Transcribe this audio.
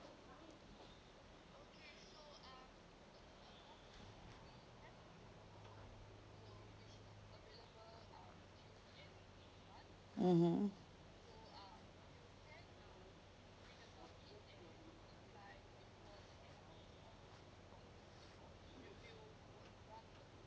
mmhmm